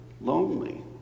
lonely